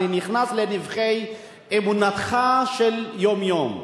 אני נכנס לנבכי אמונתך של היום-יום.